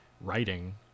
writing